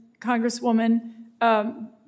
Congresswoman